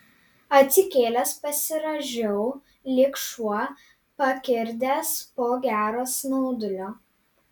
atsikėlęs pasirąžiau lyg šuo pakirdęs po gero snaudulio